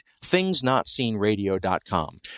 thingsnotseenradio.com